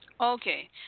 Okay